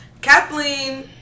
Kathleen